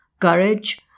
courage